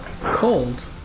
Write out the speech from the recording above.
Cold